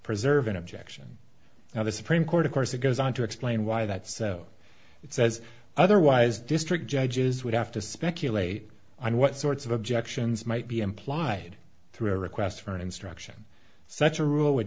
preserve an objection now the supreme court of course it goes on to explain why that so it says otherwise district judges would have to speculate on what sorts of objections might be implied through a request for an instruction such a rule would